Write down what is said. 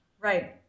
Right